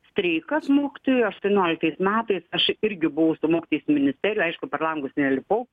streikas mokytojų aštuonioliktais metais aš irgi buvau su mokytojais ministerijoj aišku per langus nelipau